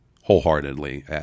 wholeheartedly